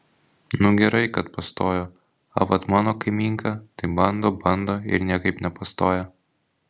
nu gerai kad pastojo a vat mano kaimynka tai bando bando ir niekap nepastoja